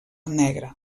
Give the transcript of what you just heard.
negra